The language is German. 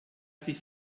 sich